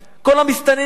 כל המסתננים,